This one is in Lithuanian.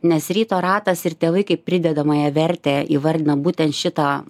nes ryto ratas ir tėvai kaip pridedamąją vertę įvardina būtent šitą